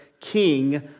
king